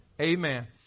Amen